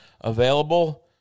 available